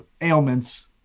ailments